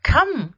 Come